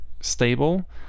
stable